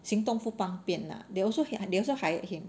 行动不方便 ah they also they also hired him